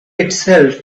itself